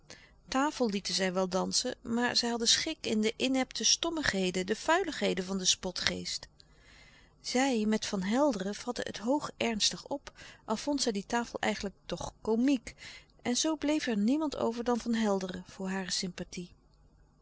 lieten zij wel dansen maar zij hadden schik in de inepte stommigheden de vuiligheden van den spotgeest zij met van helderen vatte het hoog ernstig op al vond zij die tafel eigenlijk toch komiek en zoo bleef er niemand over dan van helderen voor hare sympathie